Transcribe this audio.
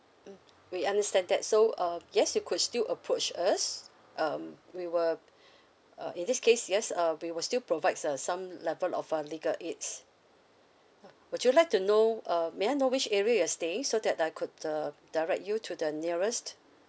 mm we understand that so uh yes you could still approach us um we will uh in this case yes uh we will still provides uh some level of a legal aids now would you like to know uh may I know which area you're staying so that I could uh direct you to the nearest